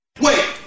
Wait